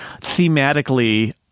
thematically